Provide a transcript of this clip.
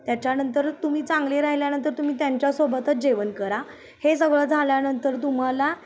त्याच्यानंतर तुम्ही चांगले राहिल्यानंतर तुम्ही त्यांच्यासोबतच जेवण करा हे सगळं झाल्यानंतर तुम्हाला